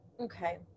Okay